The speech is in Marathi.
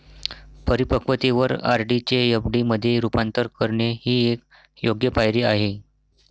परिपक्वतेवर आर.डी चे एफ.डी मध्ये रूपांतर करणे ही एक योग्य पायरी आहे